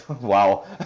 wow